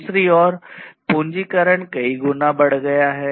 दूसरी ओर पूंजीकरण कई गुना बढ़ गया है